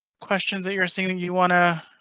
questions that you're saying you want to